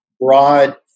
broad